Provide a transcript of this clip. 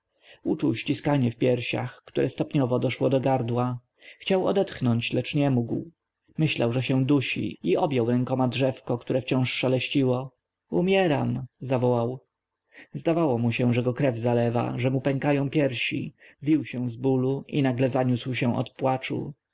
uczuł ściskanie w piersiach które stopniowo doszło do gardła chciał odetchnąć lecz nie mógł myślał że się dusi i objął rękoma drzewko które wciąż szeleściło umieram zawołał zdawało mu się że go krew zalewa że mu pękają piersi wił się z bólu i nagle zaniósł się od płaczu